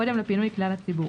קודם לפינוי כלל הציבור,